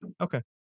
okay